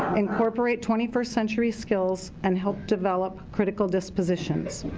incorporate twenty first century skills, and help develop critical dispositions.